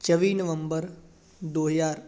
ਚੌਵੀ ਨਵੰਬਰ ਦੋ ਹਜ਼ਾਰ